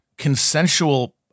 consensual